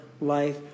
life